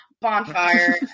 Bonfire